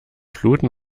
fluten